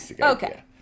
Okay